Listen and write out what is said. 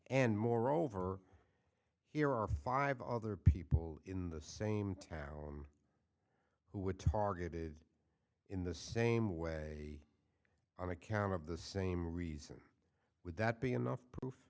and moreover here are five other people in the same town who were targeted in the same way on account of the same reason would that be enough proof